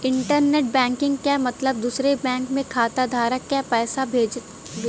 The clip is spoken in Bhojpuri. इण्टरनेट बैकिंग क मतलब दूसरे बैंक में खाताधारक क पैसा भेजना हउवे